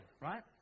right